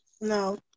No